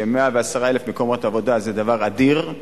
ש-110,000 מקומות עבודה זה דבר אדיר,